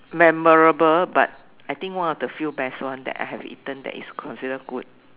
memorable but I think one of the few best one that I have eaten that is considered good